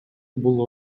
бул